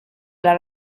alla